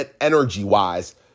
energy-wise